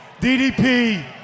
DDP